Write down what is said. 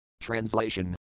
Translation